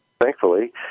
thankfully